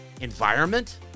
environment